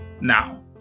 Now